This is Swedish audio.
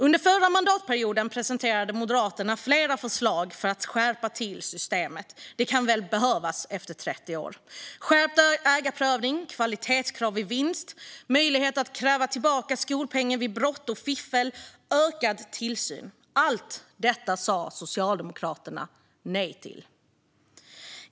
Under förra mandatperioden presenterade Moderaterna flera förslag för att skärpa systemet. Det kan väl behövas efter 30 år. Skärpt ägarprövning, kvalitetskrav vid vinst, möjlighet att kräva tillbaka skolpeng vid brott och fiffel och ökad tillsyn. Allt detta sa Socialdemokraterna nej till.